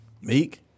Meek